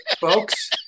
Folks